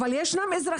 אבל יש אזרחים